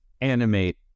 animate